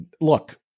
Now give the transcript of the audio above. look